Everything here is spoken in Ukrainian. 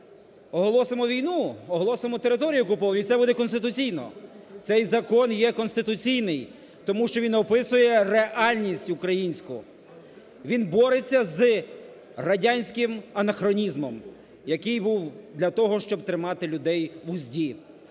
оголосимо війну, оголосимо територію і це буде конституційно. Цей закон є конституційний, тому що він описує реальність українську, він бореться з радянським анахронізмом, який був для того, щоб тримати людей в узді.